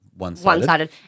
One-sided